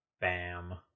Bam